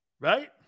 Right